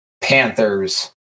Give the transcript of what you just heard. Panthers